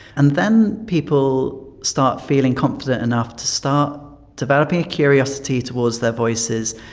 and then people start feeling confident enough to start developing a curiosity towards their voices,